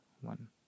one